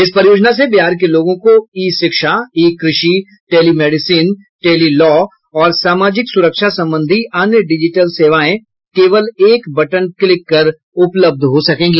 इस परियोजना से बिहार के लोगों को ई शिक्षा ई क्रषि टेली मेडिसिन टेली लॉ और सामाजिक सुरक्षा संबंधी अन्य डिजिटल सेवाएं केवल एक बटन क्लिक कर उपलब्ध हो सकेंगी